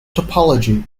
topology